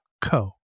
co